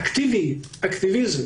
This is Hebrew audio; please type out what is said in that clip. אקטיביזם